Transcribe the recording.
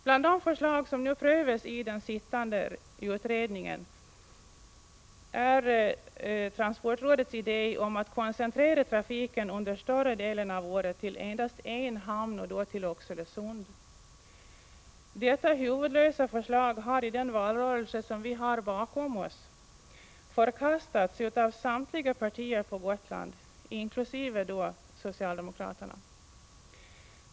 Bland de förslag som nu prövas i den sittande utredningen är transportrådets idé att trafiken under större delen av året koncentreras till endast en hamn och då till Oxelösund. Detta huvudlösa förslag har i den valrörelse som vi har bakom oss förkastats av samtliga partier på Gotland inkl. socialdemokraterna.